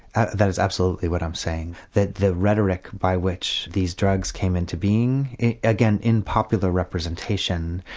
ah that is absolutely what i'm saying. that the rhetoric by which these drugs came into being, again in popular representation,